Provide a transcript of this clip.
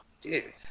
dude